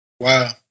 Wow